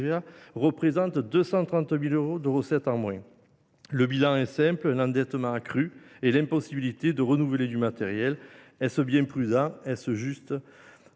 signifie 230 000 euros de recettes en moins. Le bilan est simple : un endettement accru et l’impossibilité de renouveler le matériel. Est ce bien prudent ? Est ce juste ?